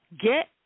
Get